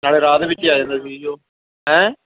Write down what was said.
ਨਾਲੇ ਰਾਹ ਦੇ ਵਿੱਚ ਆ ਜਾਂਦਾ ਸੀ ਜੀ ਉਹ ਹੈ